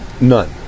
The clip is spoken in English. none